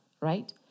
right